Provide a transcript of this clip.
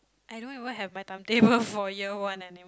I don't even have my timetable for year one anymore